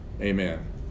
Amen